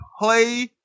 play